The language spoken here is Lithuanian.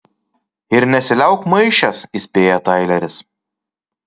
ir nesiliauk maišęs įspėja taileris